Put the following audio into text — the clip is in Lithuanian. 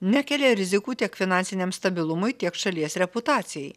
nekelia rizikų tiek finansiniam stabilumui tiek šalies reputacijai